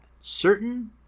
certain